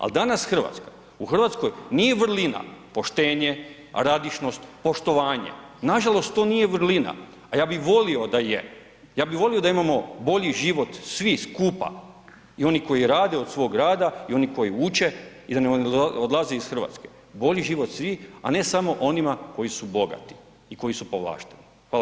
Al danas RH, u RH nije vrlina poštenje, radišnost, poštovanje, nažalost to nije vrlina, a ja bi volio da je, ja bi volio da imamo bolji život svi skupa i oni koji rade od svog rada i oni koji uče i da ne odlaze iz RH, bolji život svih, a ne samo onima koji su bogati i koji su povlašteni.